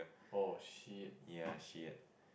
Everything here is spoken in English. ya she had